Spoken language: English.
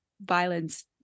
violence